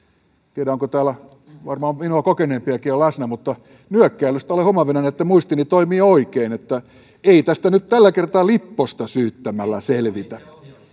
tiedä onko täällä varmaan minua kokeneempiakin on läsnä mutta nyökkäilyistä olen huomaavinani että muistini toimii oikein niin että ei tästä nyt tällä kertaa lipposta syyttämällä selvitä